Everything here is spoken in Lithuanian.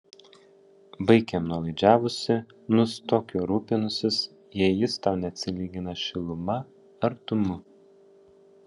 baik jam nuolaidžiavusi nustok juo rūpinusis jei jis tau neatsilygina šiluma artumu